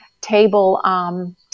table